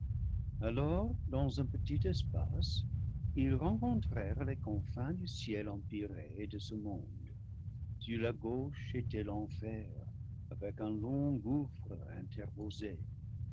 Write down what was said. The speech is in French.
alors dans un petit espace ils rencontrèrent les confins du ciel empyrée et de ce monde sur la gauche était l'enfer avec un long gouffre interposé